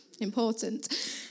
Important